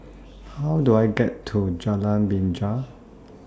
How Do I get to Jalan Binja